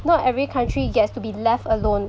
not every country gets to be left alone